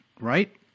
right